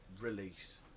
release